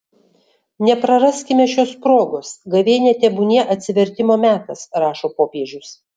nepraraskime šios progos gavėnia tebūnie atsivertimo metas rašo popiežius